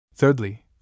Thirdly